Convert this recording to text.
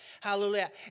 hallelujah